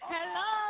Hello